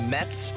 Mets